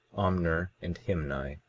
omner and himni,